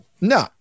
No